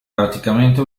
praticamente